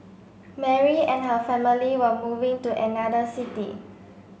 Mary and her family were moving to another city